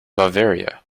bavaria